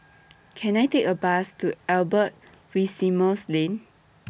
Can I Take A Bus to Albert Winsemius Lane